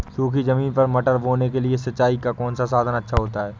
सूखी ज़मीन पर मटर बोने के लिए सिंचाई का कौन सा साधन अच्छा होता है?